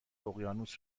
اقیانوس